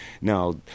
Now